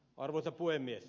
arvoisa puhemies